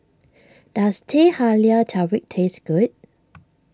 does Teh Halia Tarik taste good